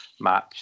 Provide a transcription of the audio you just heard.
Match